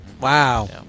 Wow